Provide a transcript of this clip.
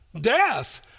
death